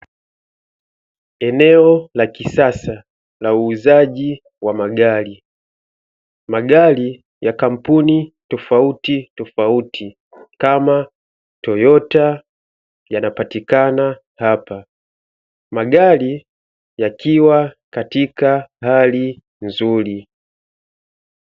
Eneo la kisasa la uuzaji wa magari, magari ya kampuni tofautitofauti kama toyota yanapatikana hapa, magari yakiwa katika hali nzuri.